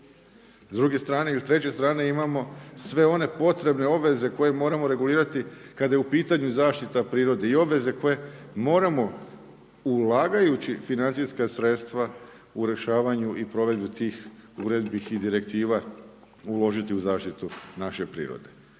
S druge, s treće strane imamo sve one potrebne obveze koje moramo regulirati kada je u pitanju zaštita prirode i obveze koje moramo ulažući financijska sredstva u rješavanju i provedbi tih direktiva uložiti u zaštitu naše prirode.